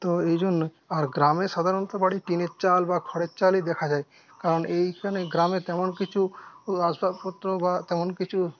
তো এই জন্য আর গ্রামে সাধারণত বাড়ি টিনের চাল বা খড়ের চালই দেখা যায় কারণ এইখানে গ্রামে তেমন কিছু আসবাবপত্র বা তেমন কিছু